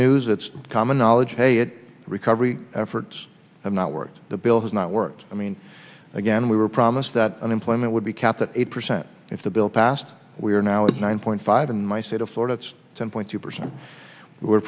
news it's common knowledge hey it recovery efforts have not worked the bill has not worked i mean again we were promised that unemployment would be capped at eight percent if the bill passed we are now at nine point five in my state of florida it's ten point two percent we